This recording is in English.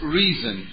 reason